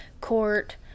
court